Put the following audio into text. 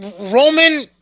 Roman